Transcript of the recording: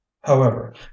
However